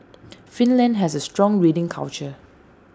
Finland has A strong reading culture